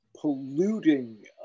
polluting